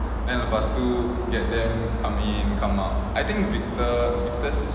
then lepas tu get them come in come out I think victor victor's is